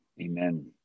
Amen